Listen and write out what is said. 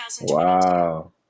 wow